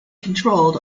controlled